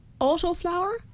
autoflower